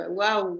wow